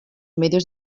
medios